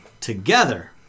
Together